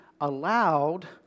allowed